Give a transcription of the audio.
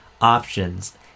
options